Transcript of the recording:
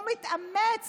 הוא מתאמץ